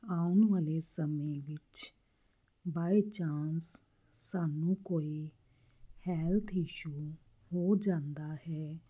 ਆਉਣ ਵਾਲੇ ਸਮੇਂ ਵਿੱਚ ਬਾਏ ਚਾਂਸ ਸਾਨੂੰ ਕੋਈ ਹੈਲਥ ਇਸ਼ੂ ਹੋ ਜਾਂਦਾ ਹੈ